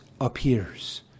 appears